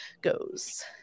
goes